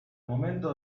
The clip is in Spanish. momento